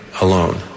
alone